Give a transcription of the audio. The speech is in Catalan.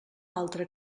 altra